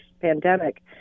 pandemic